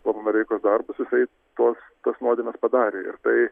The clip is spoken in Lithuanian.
pono noreikos darbus jisai tuos tas nuodėmes padarė ir tai